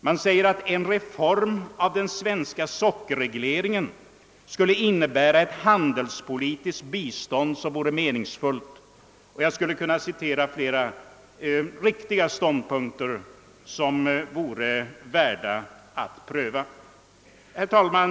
Man säger vidare att »en reform av den svenska sockerregleringen skulle innebära ett handelspolitiskt bistånd som vore meningsfullt». Jag skulle kunna citera flera riktiga ståndpunkter som vore värda att pröva. Herr talman!